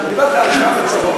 אבל דיברת על השקעה בצפון.